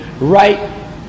right